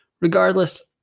regardless